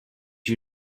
you